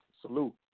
salute